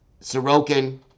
Sorokin